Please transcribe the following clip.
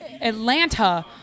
Atlanta